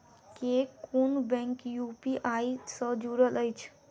केँ कुन bank UPI सँ जुड़ल अछि?